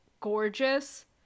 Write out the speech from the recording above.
gorgeous